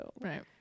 Right